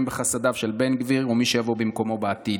בחסדיו של בן גביר או של מי שיבוא במקומו בעתיד.